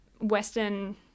Western